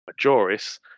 Majoris